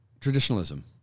traditionalism